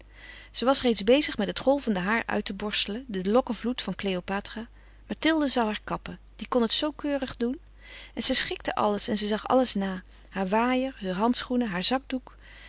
was reeds bezig met het golvende haar uit te borstelen den lokkenvloed van kleopatra mathilde zou haar kappen die kon het zoo keurig doen en ze schikte alles en ze zag alles na haar waaier heur handschoenen haar zakdoek